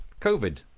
COVID